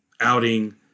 outing